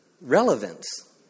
relevance